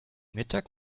mittag